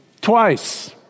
twice